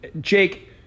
Jake